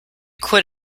quit